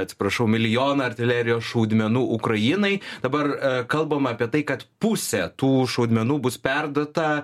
atsiprašau milijoną artilerijos šaudmenų ukrainai dabar kalbama apie tai kad pusė tų šaudmenų bus perduota